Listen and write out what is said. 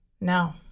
No